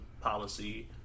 policy